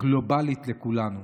גלובלית לכולנו.